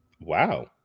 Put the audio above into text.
Wow